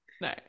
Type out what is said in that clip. No